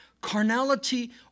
Carnality